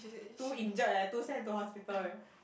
two injured eh two sent to hospital eh